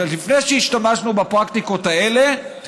לפני שהשתמשנו בפרקטיקות האלה,